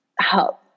help